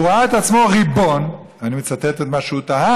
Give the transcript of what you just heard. והוא ראה את עצמו ריבון, אני מצטט את מה שהוא טען,